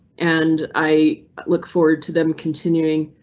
and i look forward to them continuing.